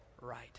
right